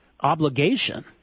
obligation